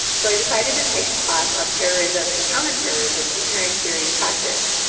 so i decided to take a class on terrorism and counterterrorism, comparing theory and practice,